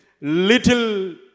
Little